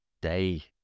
day